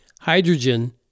hydrogen